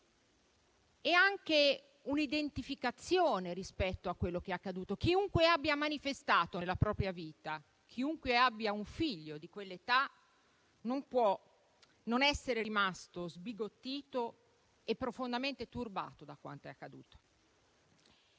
e anche un'identificazione rispetto a quello che è accaduto. Chiunque abbia manifestato nella propria vita e chiunque abbia un figlio di quell'età non può non essere rimasto sbigottito e profondamente turbato da quanto è accaduto.